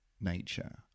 nature